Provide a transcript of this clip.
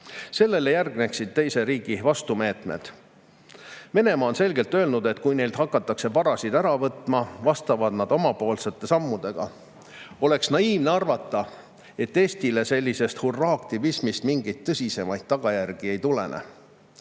sellele järgneksid teise riigi vastumeetmed. Venemaa on selgelt öelnud, et kui neilt hakatakse varasid ära võtma, vastavad nad omapoolsete sammudega. Oleks naiivne arvata, et Eestile sellisest hurraa-aktivismist mingeid tõsisemaid tagajärgi ei